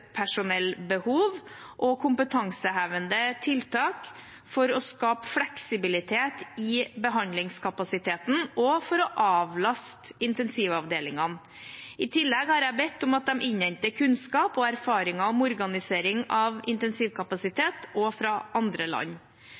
og kompetansehevende tiltak for å skape fleksibilitet i behandlingskapasiteten, og for å avlaste intensivavdelingene. I tillegg har jeg bedt om at de innhenter kunnskap og erfaringer om organisering av intensivkapasitet også fra andre land.